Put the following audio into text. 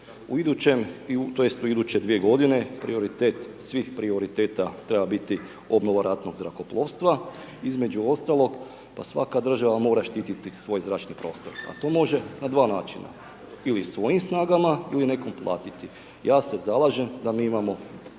U iduće 2 g. prioritet svih prioriteta treba biti obnova ratnog zrakoplovstva između ostaloga, svaka država mora štiti svoj zračni prostor, a to može na 2 načina ili svojim snagama ili nekoga platiti. Ja se zalažem da mi imamo